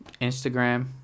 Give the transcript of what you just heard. Instagram